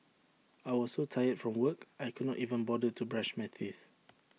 I was so tired from work I could not even bother to brush my teeth